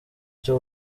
cyo